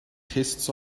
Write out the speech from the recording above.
tastes